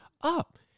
up